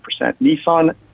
Nissan